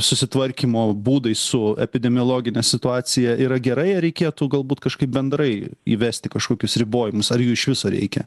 susitvarkymo būdai su epidemiologine situacija yra gerai ar reikėtų galbūt kažkaip bendrai įvesti kažkokius ribojimus ar jų iš viso reikia